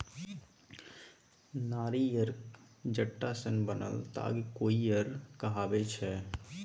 नारियरक जट्टा सँ बनल ताग कोइर कहाबै छै